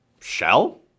shell